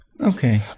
Okay